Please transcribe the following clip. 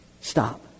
stop